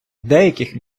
деяких